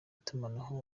itumanaho